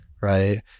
right